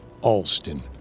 Alston